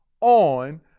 on